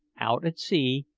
out at sea,